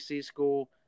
school